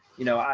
you know,